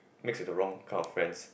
mix with the wrong kind of friends